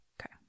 Okay